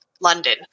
London